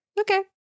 okay